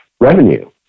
revenue